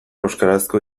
euskarazko